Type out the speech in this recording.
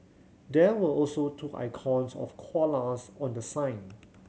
there were also two icons of koalas on the sign